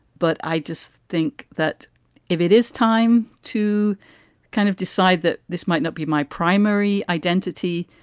but i just think that if it is time to kind of decide that this might not be my primary identity,